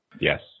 Yes